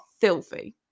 filthy